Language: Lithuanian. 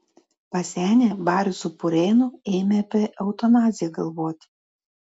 pasenę barius su purėnu ėmė apie eutanaziją galvoti